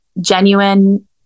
genuine